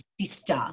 sister